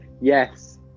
Yes